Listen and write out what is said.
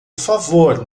favor